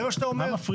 זה מה שאתה אומר?